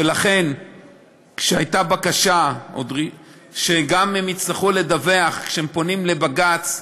ולכן כשהייתה בקשה שגם הם יצטרכו לדווח כשהם פונים לבג"ץ,